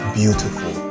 beautiful